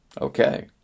Okay